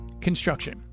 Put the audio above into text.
Construction